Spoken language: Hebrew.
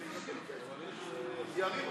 1 לא